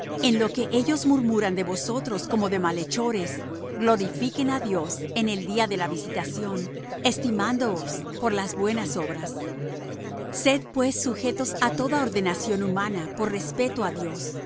en lo que ellos murmuran de vosotros como de malhechores glorifiquen á dios en el día de la visitación estimándoos por las buenas obras sed pues sujetos á toda ordenación humana por respeto á dios